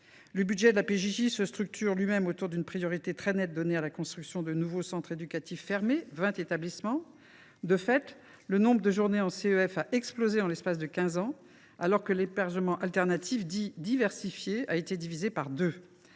Le budget de la PJJ se structure lui même autour d’une priorité très nette donnée à la construction de vingt nouveaux centres éducatifs fermés. De fait, le nombre de journées en CEF a explosé en l’espace de quinze ans, alors que l’hébergement alternatif, dit diversifié, a été divisé par deux.